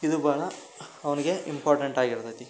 ಇದು ಬಹಳ ಅವ್ನಿಗೆ ಇಂಪಾರ್ಟೆಂಟ್ ಆಗಿರ್ತದೆ